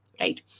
Right